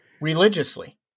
religiously